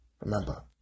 remember